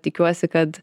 tikiuosi kad